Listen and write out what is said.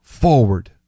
forward